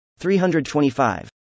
325